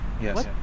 Yes